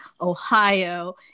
Ohio